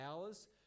hours